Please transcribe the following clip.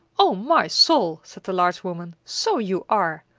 o my soul! said the large woman. so you are!